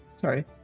Sorry